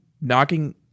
knocking